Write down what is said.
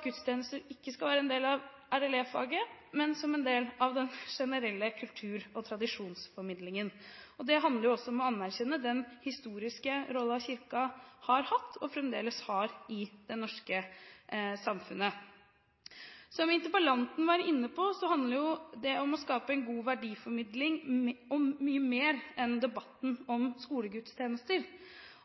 Gudstjenester skal ikke være en del av RLE-faget, men være en del av den generelle kultur- og tradisjonsformidlingen. Det handler også om å anerkjenne den historiske rollen kirken har hatt og fremdeles har i det norske samfunnet. Som interpellanten var inne på, handler det å skape en god verdiformidling om mye mer enn debatten om skolegudstjenester.